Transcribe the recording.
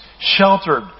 Sheltered